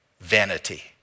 vanity